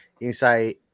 inside